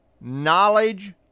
knowledge